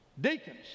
deacons